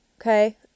okay